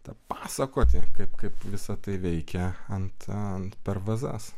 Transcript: tą papasakoti kaip kaip visa tai veikia ant ant per vazas